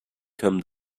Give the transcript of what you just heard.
come